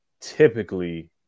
typically